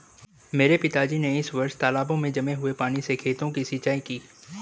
मेरे पिताजी ने इस वर्ष तालाबों में जमा हुए पानी से खेतों की सिंचाई की